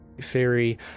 theory